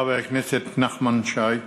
חבר הכנסת נחמן שי.